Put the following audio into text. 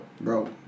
Bro